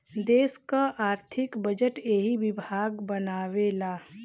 देस क आर्थिक बजट एही विभाग बनावेला